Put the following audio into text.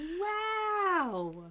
wow